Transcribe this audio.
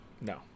No